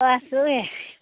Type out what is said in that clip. অঁ আছো এই